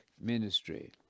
ministry